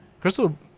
Crystal